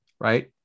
right